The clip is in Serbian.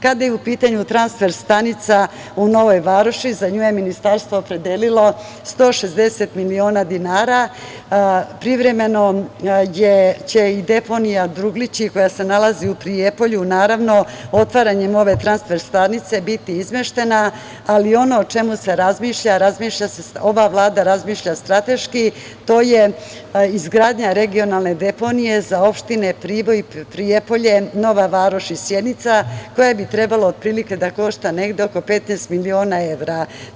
Kada je u pitanju transfer stanica, u Novoj Varoši, za nju je Ministarstvo opredelilo 160 miliona dinara, a privremeno će i deponija Druglići, koja se nalazi u Prijepolju, naravno, otvaranjem ove transfer stanice biti izmeštena ali ono o čemu se razmišlja, ova Vlada razmišlja strateški, i to je izgradnja deponije za opštine Priboj i Prijepolje, Nova Varoš i Sjenica, koja bi trebalo da košta negde oko 15 miliona evra.